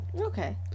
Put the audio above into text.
Okay